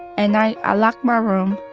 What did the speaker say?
and i ah lock my room,